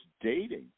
dating